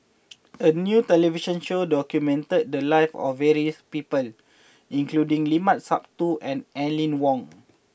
a new television show documented the lives of various people including Limat Sabtu and Aline Wong